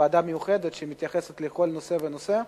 ועדה מיוחדת שמתייחסת לכל נושא ונושא.